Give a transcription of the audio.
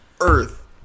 earth